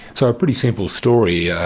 so a pretty simple story, yeah